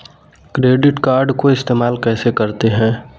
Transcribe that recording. Credit card को इस्तेमाल कैसे करते हैं?